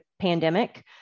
pandemic